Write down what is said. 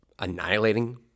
annihilating